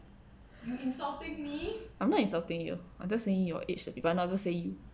I'm not insulting you I'm just saying your age bu~ I'm n~ saying you